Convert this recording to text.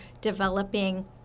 developing